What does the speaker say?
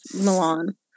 Milan